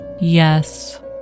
Yes